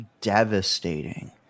devastating